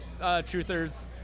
truthers